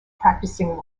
practicing